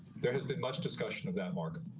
there has been much discussion of that market.